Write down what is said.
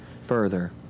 further